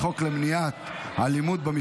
אני קובע כי הצעת חוק הנכים, (תגמולים ושיקום)